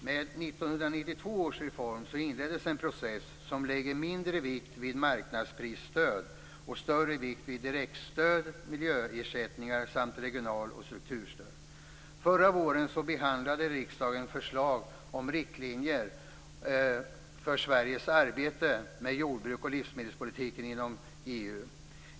Med 1992 års reform inleddes en process som lägger mindre vikt vid marknadsprisstöd och större vikt vid direktstöd, miljöersättningar samt regional och strukturstöd. Förra våren behandlade riksdagen förslag om riktlinjer för Sveriges arbete med jordbruks och livsmedelspolitiken inom EU.